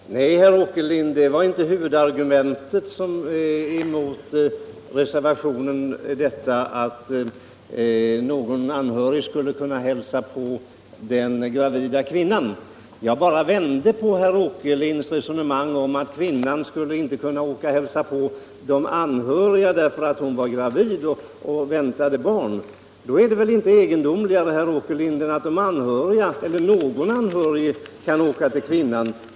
Herr talman! Nej, herr Åkerlind, det var inte huvudargumentet mot reservationen att någon anhörig skulle kunna hälsa på den gravida kvinnan. Jag bara vände på herr Åkerlinds resonemang om att kvinnan inte skulle kunna åka och hälsa på de anhöriga därför att hon väntade barn. Det är väl inte egendomligare, herr Åkerlind, att någon anhörig kan åka till kvinnan.